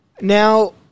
Now